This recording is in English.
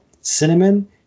cinnamon